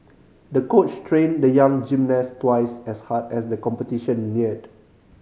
the coach trained the young gymnast twice as hard as the competition neared